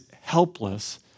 helpless